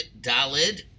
Dalid